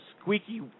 squeaky